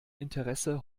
interesse